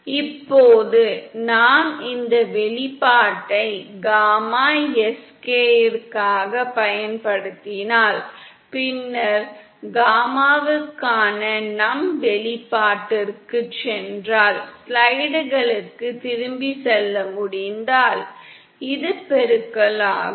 இப்போது நாம் இந்த வெளிப்பாட்டை காமா Sk யிற்காகப் பயன்படுத்தினால் பின்னர் காமாவுக்கான நம் வெளிப்பாட்டிற்குச் சென்றால் ஸ்லைடுகளுக்குத் திரும்பிச் செல்ல முடிந்தால் இது பெருக்கல் ஆகும்